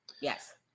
Yes